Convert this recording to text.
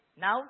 Now